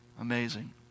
Amazing